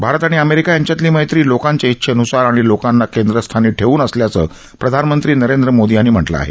भारत आणि अमेरिका यांच्यातली मैत्री लोकांच्या इच्छेनुसार आणि लोकांना केंद्र स्थानी ठेवून असल्याचं प्रधानमंत्री नरेंद्र मोदी यांनी म्हटलं आहे